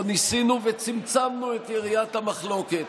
או ניסינו וצמצמו את יריעת המחלוקת,